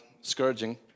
scourging